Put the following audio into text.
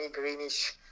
greenish